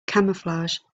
camouflage